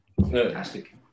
Fantastic